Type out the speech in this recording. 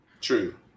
true